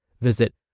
Visit